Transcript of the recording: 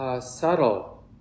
subtle